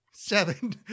Seven